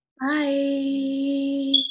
Bye